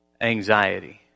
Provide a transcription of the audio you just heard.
anxiety